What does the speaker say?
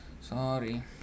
sorry